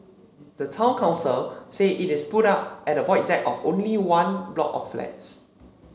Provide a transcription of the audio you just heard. the town council said it is put up at the Void Deck of only one block of flats